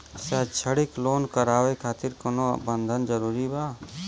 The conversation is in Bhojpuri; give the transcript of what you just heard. शैक्षणिक लोन करावे खातिर कउनो बंधक जरूरी बा?